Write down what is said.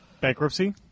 bankruptcy